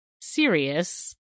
serious